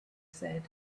said